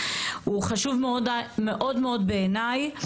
הוא חשוב מאוד מאוד בעיניי,